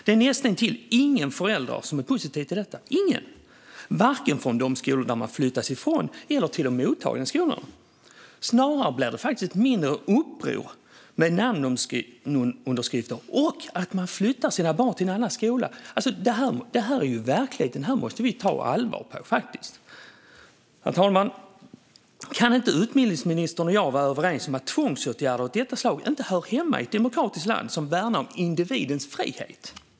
Det är näst intill ingen förälder som är positiv till detta, varken i de skolor eleverna flyttas från eller i de mottagande skolorna. Snarare blir det ett mindre uppror med namnunderskrifter och flytt av barn till andra skolor. Det är en verklighet vi måste ta på allvar. Herr talman! Kan inte utbildningsministern och jag vara överens om att tvångsåtgärder av detta slag inte hör hemma i ett demokratiskt land som värnar om individens frihet?